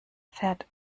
fährt